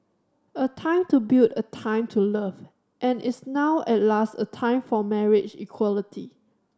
a time to build a time to love and is now at last a time for marriage equality